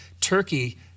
Turkey